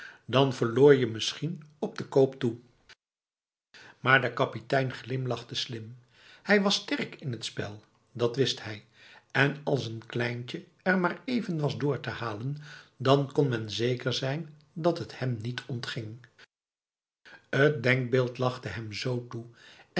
dan verloor je misschien op de koop toe maar de kapitein glimlachte slim hij was sterk in het spel dat wist hij en als een kleintje er maar even was door te halen dan kon men zeker zijn dat het hem niet ontging het denkbeeld lachte hem zo toe